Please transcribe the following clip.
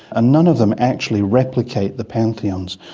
ah none of them actually replicate the pantheon.